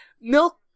Milk